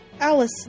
Alice